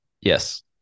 Yes